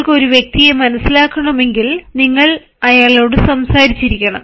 നിങ്ങൾക്ക് ഒരു വ്യക്തിയെ മനസ്സിലാക്കണമെങ്കിൽ നിങ്ങൾ അവനോട് സംസാരിച്ചിരിക്കണം